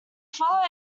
follow